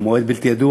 למועד בלתי ידוע.